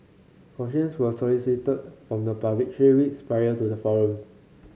questions were solicited from the public three weeks prior to the forum